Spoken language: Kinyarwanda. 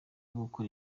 gukora